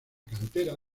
cantera